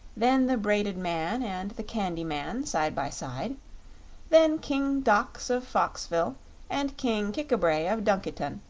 then the braided man and the candy man, side by side then king dox of foxville and king kik-a-bray of dunkiton,